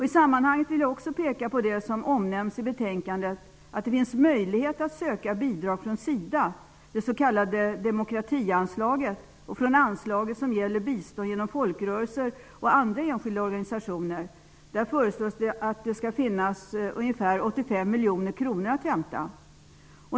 I sammanhanget vill jag också peka på det som omnämns i betänkandet, dvs. att det finns möjlighet att söka bidrag från SIDA, det s.k. demokratianslaget, och från anslaget som gäller bistånd genom folkrörelser och andra enskilda organisationer. Där föreslås att det skall finnas ungefär 85 miljoner kronor att hämta.